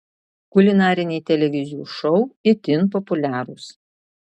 kulinariniai televizijų šou itin populiarūs